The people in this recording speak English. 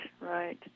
right